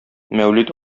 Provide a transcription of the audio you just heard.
мәүлид